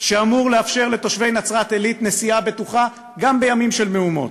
שאמור לאפשר לתושבי נצרת-עילית נסיעה בטוחה גם בימים של מהומות.